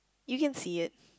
you can see it